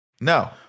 No